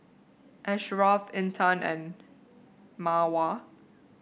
Ashraf Intan and Mawar